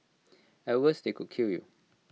at worst they could kill you